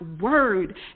word